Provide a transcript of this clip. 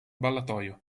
ballatoio